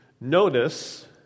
Notice